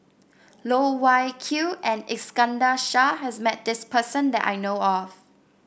Loh Wai Kiew and Iskandar Shah has met this person that I know of